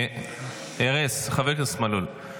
חבר הכנסת מלול,